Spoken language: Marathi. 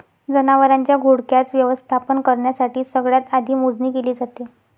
जनावरांच्या घोळक्याच व्यवस्थापन करण्यासाठी सगळ्यात आधी मोजणी केली जाते